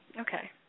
Okay